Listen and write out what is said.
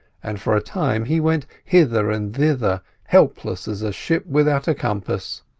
and for a time he went hither and thither helpless as a ship without a compass.